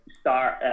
start